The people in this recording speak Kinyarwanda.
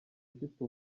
ufite